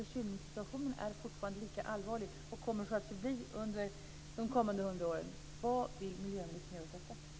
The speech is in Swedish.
Försurningssituationen är fortfarande lika allvarlig och kommer så att förbli under de kommande hundra åren. Vad vill miljöministern göra åt detta?